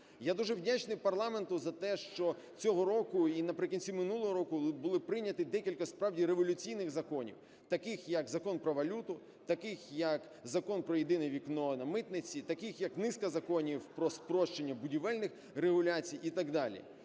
Я дуже вдячний парламенту за те, що цього року і наприкінці минулого року були прийняті декілька справді революційних законів. Таких, як Закон про валюту, таких, як Закон про "єдине вікно" на митниці, таких, як низка законів про спрощення будівельних регуляцій і так далі.